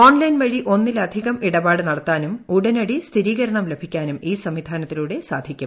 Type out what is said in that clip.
online വഴി ഒന്നിലധികം ഇടപാട് നടത്താനും ഉടനടി സ്ഥിരീകരണം ലഭിക്കാനും ഈ സംവിധാനത്തിലൂടെ സാധിക്കും